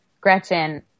Gretchen